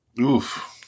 Oof